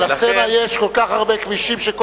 על הסן יש כל כך הרבה גשרים,